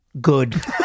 Good